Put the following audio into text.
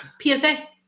PSA